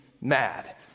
mad